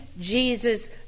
Jesus